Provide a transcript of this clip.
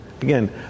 Again